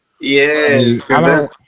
Yes